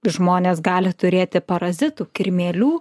žmonės gali turėti parazitų kirmėlių